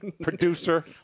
producer